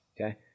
Okay